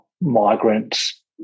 migrants